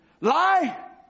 Lie